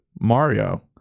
Mario